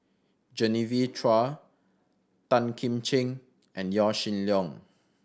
Genevieve Chua Tan Kim Ching and Yaw Shin Leong